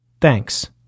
Thanks